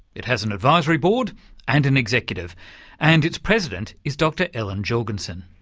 it has an advisory board and an executive and its president is dr ellen jorgensen.